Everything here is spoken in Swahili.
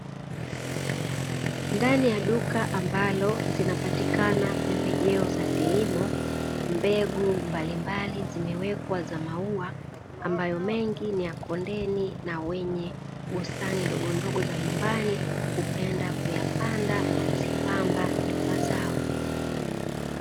Ndani ya duka ambalo zinapatikana pembejeo za kilimo, mbegu mbalimbali zimewekwa za maua ambayo mengi ni ya kondeni, na wenye bustani ndogondogo za nyumbani hupenda kuyapanda na kuzipamba nyumba zao.